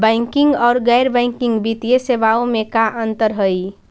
Banking और गैर banking वित्तीय सेवाओं में का अंतर हइ?